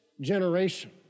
generation